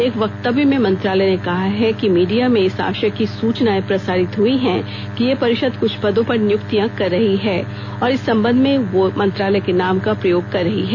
एक वक्तव्य में मंत्रालय ने कहा है कि मीडिया में इस आशय की सूचनाएं प्रसारित हुई हैं कि यह परिषद कुछ पदों पर नियुक्तियां कर रही है और इस संबंध में वह मंत्रालय के नाम का प्रयोग कर रही है